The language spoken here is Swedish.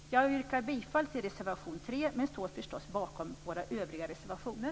Jag yrkar bifall till reservation 3 och står förstås bakom våra övriga reservationer.